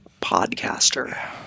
podcaster